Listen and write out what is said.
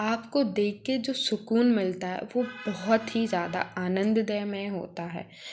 आपको देख के जो सुकून मिलता है वो बहुत ही ज़्यादा आनंदमय होता है